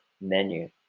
menu